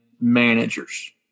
managers